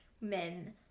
men